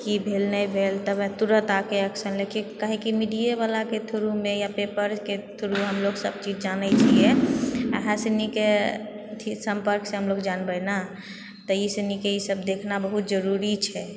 की भेल नहि भेल तबे तुरत आके एक्शन लेके काहेकि मीडीएवलाके थ्रुमे या पेपरके थ्रु हमलोग सबचीज जानैत छिऐ अहाँ सुनिके अथि सम्पर्कसँ हमलोग जानबइ ने तऽ ई सुनिके ई सब देखना बहुत जरुरी छै